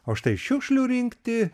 o štai šiukšlių rinkti